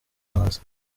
hasi